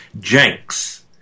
Jenks